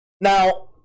Now